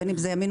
בין אם זה ימין,